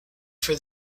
for